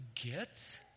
forget